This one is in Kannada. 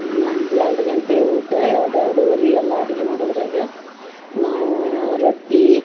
ನಮ್ದ ಎರಡು ಗಂಟೆ ಊಟ ಎರಡು ಎರಡುವರೆ ಎಲ್ಲ ಅಡಿಗೆ ಮಾಡುದ್ರಾಗ ನಾವು ರೊಟ್ಟಿ